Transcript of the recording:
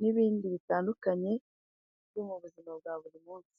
n'ibindi bitandukanye byo mu buzima bwa buri munsi.